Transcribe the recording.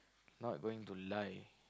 not going to lie